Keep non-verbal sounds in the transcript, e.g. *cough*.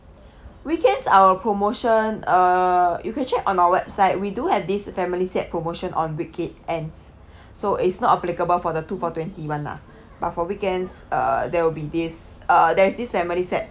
*breath* weekends our promotion uh you could check on our website we do have these family set promotion on weeke~ ends *breath* so it's not applicable for the two for twenty one lah but for weekends uh there will be this uh there's this family set